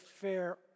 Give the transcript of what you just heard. fair